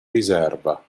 riserva